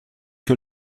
que